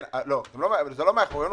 זה לא מאחורינו,